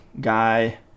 guy